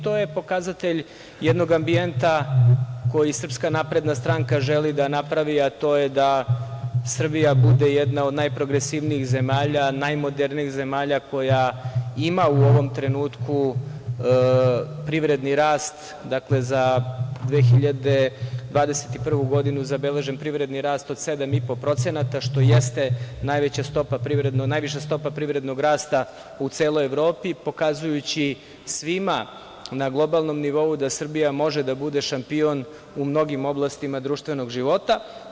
To je pokazatelj jednog ambijenta koji SNS želi da napravi, a to je da Srbija bude jedna od najprogresivnijih zemalja, najmodernijih zemalja, koja ima u ovom trenutku privredni rast, dakle za 2021. godinu zabeležen privredni rast od 7,5%, što jeste najviša stopa privrednog rasta u celoj Evropi, pokazujući svima na globalnom nivou da Srbija može da bude šampion u mnogim oblastima društvenog života.